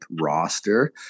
roster